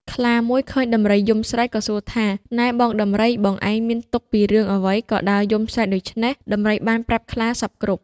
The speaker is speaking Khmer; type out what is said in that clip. ខ្លាមួយឃើញដំរីយំស្រែក ក៏សួរថា៖ "នែបងដំរី បងឯងមានទុក្ខពីរឿងអ្វីក៏ដើរយំស្រែកដូច្នេះ?" ដំរីបានប្រាប់ខ្លាសព្វគ្រប់។